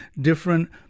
different